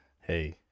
hey